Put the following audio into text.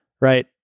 right